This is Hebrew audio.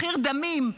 מחיר דמים,